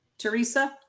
teresa.